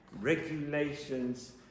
regulations